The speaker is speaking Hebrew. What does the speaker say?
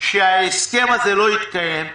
שההסכם הזה לא יתקיים.